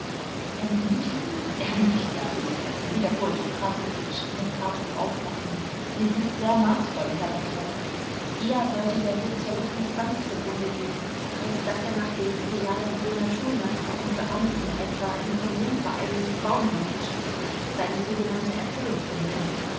entmutigend ernüchternd wiederholte pawlowitsch mit hartem auflachen sie sind sehr maßvoll herr baron eher sollte der sozialismus ganz zugrunde gehen als daß er nach den idealen jener schulmeister und beamten etwa in konsumvereinen und baugenossenschaften seine sogenannte erfüllung fände